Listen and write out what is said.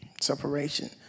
separation